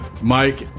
Mike